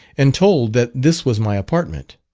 and told that this was my apartment.